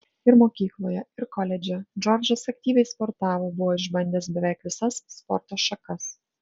ir mokykloje ir koledže džordžas aktyviai sportavo buvo išbandęs beveik visas sporto šakas